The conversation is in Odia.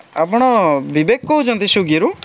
ଆପଣ ବିବେକ କହୁଛନ୍ତି ସ୍ୱିଗୀରୁ